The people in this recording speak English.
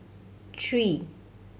three